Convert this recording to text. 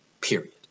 period